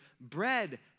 bread